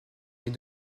est